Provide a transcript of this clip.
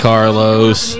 Carlos